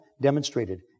demonstrated